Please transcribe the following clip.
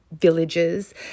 villages